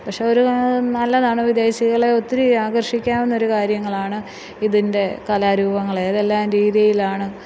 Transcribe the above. പക്ഷെ ഒരു നല്ലതാണ് വിദേശികളെ ഒത്തിരി ആകർഷിക്കാവുന്ന ഒരു കാര്യങ്ങളാണ് ഇതിൻ്റെ കലാരൂപങ്ങൾ ഏതെല്ലാം രീതിയിലാണ്